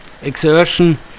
exertion